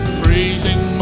praising